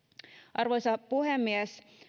arvoisa puhemies